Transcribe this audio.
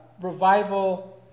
revival